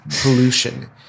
pollution